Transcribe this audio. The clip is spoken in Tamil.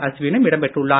அஸ்வி னும் இடம் பெற்றுள்ளார்